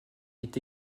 est